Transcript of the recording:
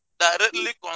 directly